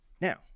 Now